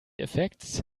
effekts